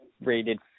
rated